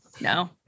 No